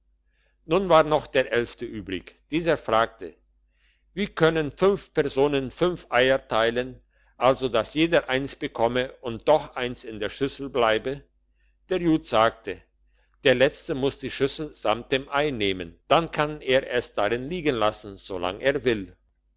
nun war noch der elfte übrig dieser fragte wie können fünf personen fünf eier teilen also dass jeder eins bekomme und doch eins in der schüssel bleibe der jud sagte der letzte muss die schüssel samt dem ei nehmen dann kann er es darin liegen lassen solang er will